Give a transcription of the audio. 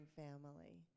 family